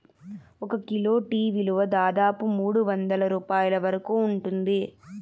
ఒక kilo tea విలువ దాదాపు మూడువందల రూపాయల వరకు ఉంటుంది